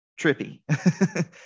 trippy